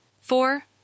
Four